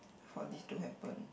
for this to happen